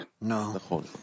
No